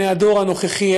בני הדור הנוכחי,